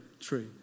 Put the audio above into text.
tree